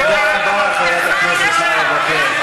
תודה רבה, חברת הכנסת נאוה בוקר.